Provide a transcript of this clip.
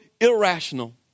irrational